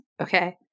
Okay